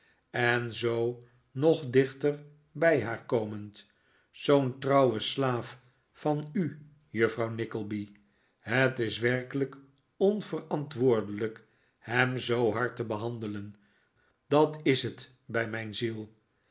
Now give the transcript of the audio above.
en zoo nog dichter bij haar komend zoo'n trouwe slaaf van u juffrouw nickleby het is werkelijk onverantwoordelijk hem zoo hard te behandelen dat is het bij mijn ziel